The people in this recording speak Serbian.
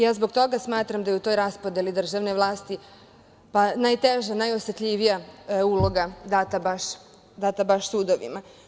Ja zbog toga smatram da je u toj raspodeli državne vlasti najteža i najosetljivija uloga data baš sudovima.